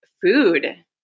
food